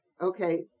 Okay